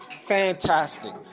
Fantastic